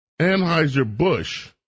Anheuser-Busch